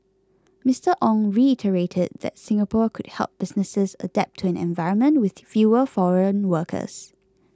Mister Ong reiterated that Singapore could help businesses adapt to an environment with fewer foreign workers